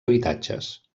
habitatges